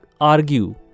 argue